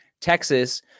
Texas